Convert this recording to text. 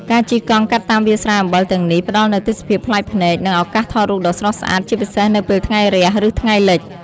ការជិះកង់កាត់តាមវាលស្រែអំបិលទាំងនេះ ផ្តល់នូវទេសភាពប្លែកភ្នែក និងឱកាសថតរូបដ៏ស្រស់ស្អាត ជាពិសេសនៅពេលថ្ងៃរះ ឬថ្ងៃលិច។